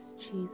Jesus